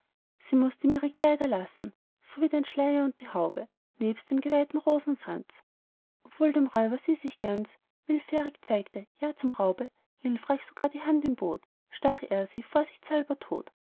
sie mußt ihm ihre kleider lassen sowie den schleier und die haube nebst dem geweihten rosenkranz obwohl dem räuber sie sich ganz willfährig zeigte ja zum raube hilfreich sogar die hand ihm bot stach er sie vorsichtshalber tot